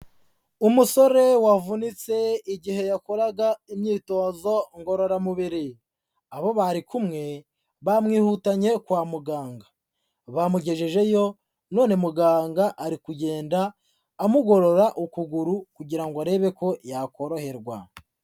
Umusore wavunitse igihe yakoraga imyitozo ngororamubiri, abo bari kumwe bamwihutanye kwa muganga, bamugejejeyo none muganga ari kugenda amugorora ukuguru kugira ngo arebe ko yakoroherwa.